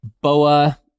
BOA